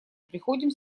приходим